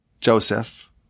Joseph